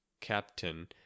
Captain